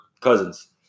Cousins